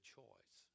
choice